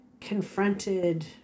confronted